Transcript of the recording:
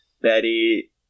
Betty